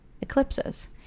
eclipses